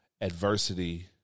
adversity